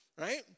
right